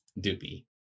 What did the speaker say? doopy